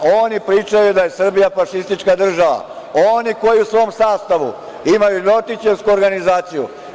Oni pričaju da je Srbija fašistička država, oni koji u svom sastavu imaju ljotićevsku organizaciju.